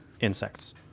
insects